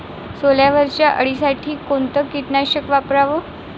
सोल्यावरच्या अळीसाठी कोनतं कीटकनाशक वापराव?